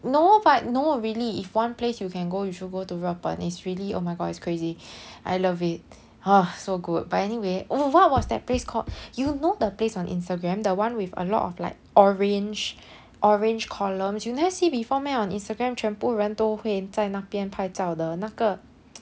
no but no really if one place you can go you should go to 日本 it's really oh my god it's crazy I love it !huh! so good but anyway oh what was that place called you know the place on instagram the one with a lot of like orange orange columns you never see before meh on instagram 全部人都会在那边拍照的那个